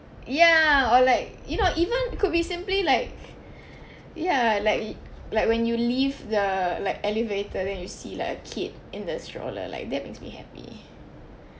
ya or like you know even it could be simply like ya like like when you leave the like elevator then you see like a kid in the stroller like that makes me happy